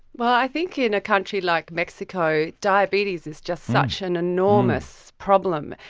well, i think in a country like mexico, diabetes is just such an enormous problem,